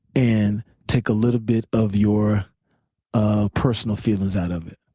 and take a little bit of your ah personal feelings out of it.